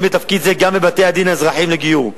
בתפקיד זה גם בבתי-הדין האזרחיים לגיור,